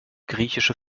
griechische